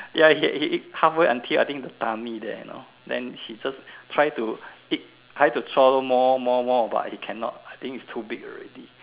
ya he eat he eat halfway until I think the tummy there you know then he just try to eat try to swallow more more more but he cannot I think it's too big already